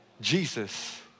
Jesus